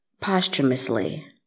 posthumously